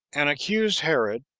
and accused herod,